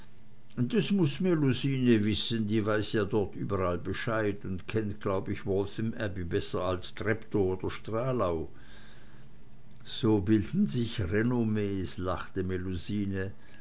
das muß melusine wissen die weiß ja dort überall bescheid und kennt glaub ich waltham abbey besser als treptow oder stralau so bilden sich renommees lachte